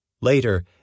Later